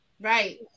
Right